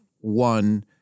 one